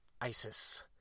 ISIS